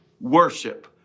worship